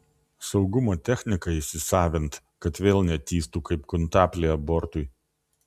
saugumo techniką įsisavint kad vėl netįstų kaip kuntaplį abortui